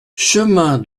chemin